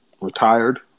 retired